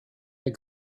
der